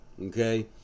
okay